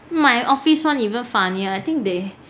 my office [one] even funnier I think they